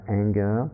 anger